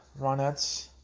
Ronettes